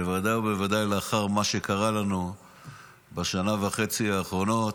בוודאי ובוודאי לאחר מה שקרה לנו בשנה וחצי האחרונות,